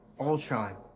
Ultron